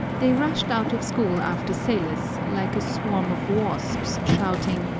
they rushed out of school after salos, like a swarm of wasps shouting,